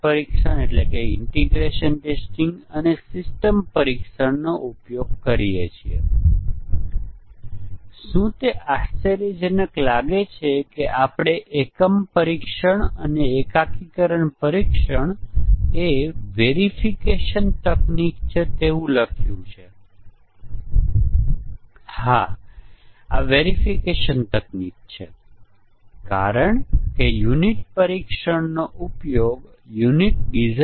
આપણે અહીં એક મોડ્યુલ લઈએ છીએ અને પછી તેને બીજા મોડ્યુલ સાથે સંકલિત કરીએ છીએ જે સંભવત the સમાન સ્તરે છે કારણ કે ઉચ્ચ સ્તરના મોડ્યુલમાં ઈન્ટીગ્રેટ સાથે સમાન સ્તરે કોઈ મોડ્યુલ નથી અને પછી આપણે બીજા મોડ્યુલ સાથે સંકલિત કરીએ છીએ આ સ્તર અને પછી આગલું મોડ્યુલ અને પછી આગલું મોડ્યુલ